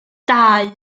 dau